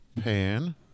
Pan